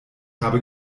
habe